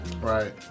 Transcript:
Right